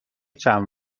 چند